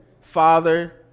father